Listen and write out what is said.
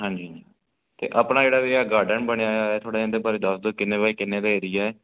ਹਾਂਜੀ ਹਾਂਜੀ ਅਤੇ ਆਪਣਾ ਜਿਹੜਾ ਵੀ ਇਹ ਗਾਰਡਨ ਬਣਿਆ ਹੋਇਆ ਹੈ ਥੋੜ੍ਹਾ ਜਿਹਾ ਇਹਦੇ ਬਾਰੇ ਦੱਸ ਦਿਓ ਕਿੰਨੇ ਬਾਏ ਕਿੰਨੇ ਦਾ ਏਰੀਆ ਹੈ